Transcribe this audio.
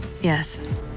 Yes